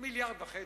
1.5 מיליארד.